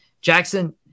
Jackson